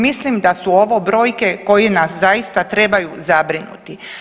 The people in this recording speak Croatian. Mislim da su ovo brojke koje nas zaista trebaju zabrinuti.